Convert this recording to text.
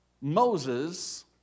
Moses